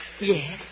Yes